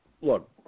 look